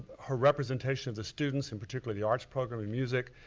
her representation of the students and particularly the arts program and music.